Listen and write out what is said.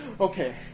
Okay